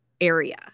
area